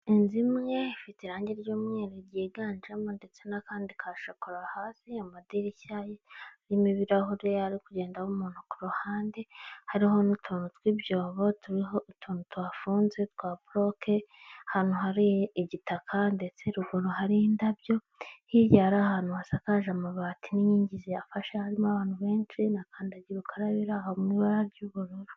Inzu imwe ifite irange ry'umweru ryiganjemo ndetse n'akandi ka shokora hasi, amadirishya arimo ibirahure ari kugendaho umuntu ku ruhande hariho n'utuntu tw'ibyobo turiho utuntu tuhafunze twa buroke, ahantu hari igitaka ndetse ruguru hari indabyo hirya hari ahantu hasakaje amabati n'inkingi ziyafasha, harimo abantu benshi na kandagira ukarabe iraho mwibara ry'ubururu.